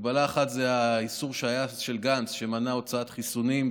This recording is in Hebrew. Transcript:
הגבלה אחת היא האיסור של גנץ, שמנע הוצאת חיסונים.